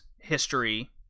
history